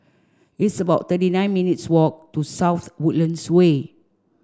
it's about thirty nine minutes' walk to South Woodlands Way